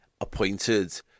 appointed